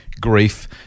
grief